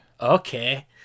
Okay